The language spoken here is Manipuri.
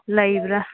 ꯂꯩꯕ꯭ꯔ